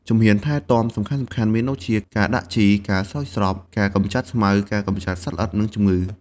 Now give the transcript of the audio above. ជំហានថែទាំសំខាន់ៗមានដូចជា ការដាក់ជី ការស្រោចស្រព ការកម្ចាត់ស្មៅ ការកម្ចាត់សត្វល្អិត និងជំងឺ។